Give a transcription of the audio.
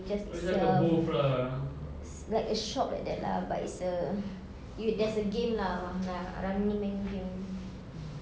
just like self like a shop like that lah but it's a you there's a game lah ya running man game